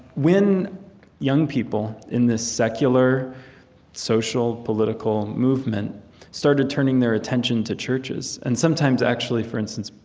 when young people in this secular social political movement started turning their attention to churches, and sometimes, actually, for instance,